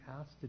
asked